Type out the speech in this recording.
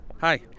Hi